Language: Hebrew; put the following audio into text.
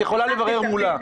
את יכולה לברר מולה.